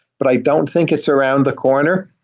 but i don't think it's around the corner,